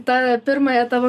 tą pirmąją tavo